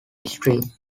stream